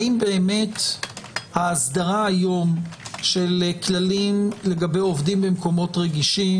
האם באמת ההסדרה היום של כללים לגבי עובדים במקומות רגישים